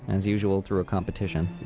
as usual, through a competition.